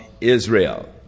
Israel